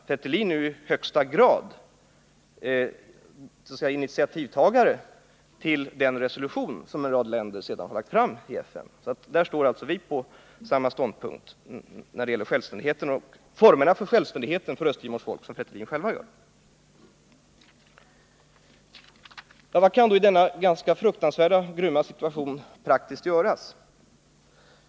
Fretilin är ju i högsta grad, låt mig säga, initiativtagare till den resolution som en rad länder sedan har lagt fram i FN, så när det gäller självständigheten och formerna för självständigheten för Östtimor står alltså vi på samma ståndpunkt som Fretilin själv. Vad kan då i denna ganska fruktansvärda, grymma situation praktiskt göras?